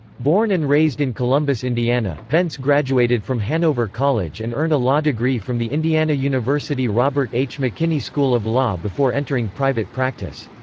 born and raised in columbus, indiana, pence graduated from hanover college and earned a law degree from the indiana university robert h. mckinney school of law before entering private practice.